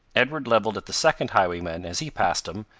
edward leveled at the second highwayman as he passed him,